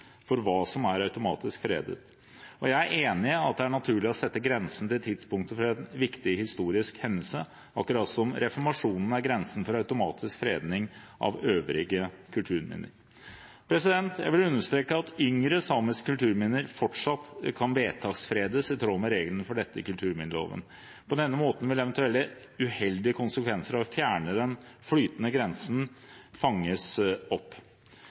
for hva som er automatisk fredet, og jeg er enig i at det er naturlig å sette grensen til tidspunktet for en viktig historisk hendelse, akkurat som reformasjonen er grensen for automatisk fredning av øvrige kulturminner. Jeg vil understreke at yngre samiske kulturminner fortsatt kan vedtaksfredes i tråd med reglene for dette i kulturminneloven. På denne måten vil eventuelle uheldige konsekvenser av å fjerne den flytende grensen fanges opp.